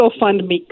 GoFundMe